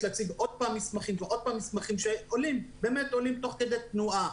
להציג שוב ושוב מסמכים שעולים תוך כדי תנועה,